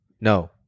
No